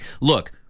look